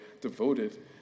devoted